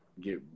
get